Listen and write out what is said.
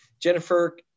Jennifer